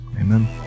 Amen